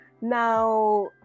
Now